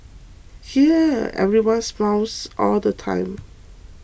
here everybody smiles all the time